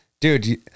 dude